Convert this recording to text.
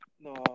No